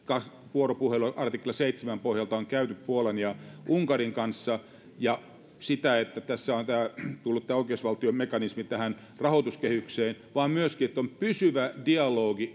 vuoropuhelua on artikla seitsemän pohjalta käyty puolan ja unkarin kanssa ja että tämä oikeusvaltiomekanismi on tullut rahoituskehykseen vaan myöskin se että on olemassa pysyvä dialogi